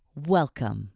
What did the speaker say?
welcome.